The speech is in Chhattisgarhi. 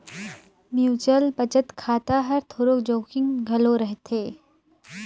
म्युचुअल बचत खाता हर थोरोक जोखिम घलो रहथे